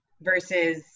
versus